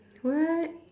what